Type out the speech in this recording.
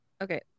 Okay